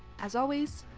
as always,